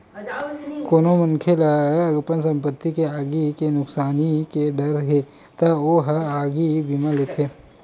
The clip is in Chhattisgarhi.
कोनो मनखे ल अपन संपत्ति के आगी ले नुकसानी के डर हे त ओ ह आगी बीमा लेथे